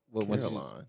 Caroline